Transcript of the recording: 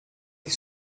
que